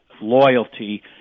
loyalty